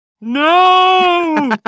no